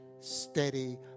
steady